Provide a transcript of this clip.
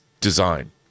design